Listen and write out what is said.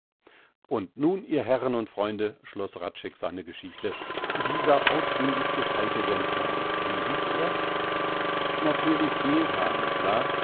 und nun ihr herren und freunde schloß hradscheck seine geschichte dieser ausbündig gescheite gensdarm wie hieß er natürlich geelhaar nicht wahr